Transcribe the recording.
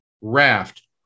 raft